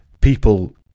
people